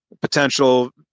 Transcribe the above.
potential